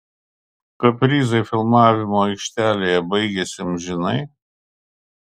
kaprizai filmavimo aikštelėje baigėsi amžinai